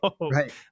Right